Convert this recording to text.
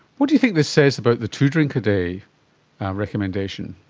what do you think this says about the two drink a day recommendation?